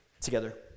together